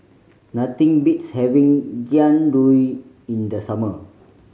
nothing beats having Jian Dui in the summer